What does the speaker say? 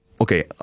okay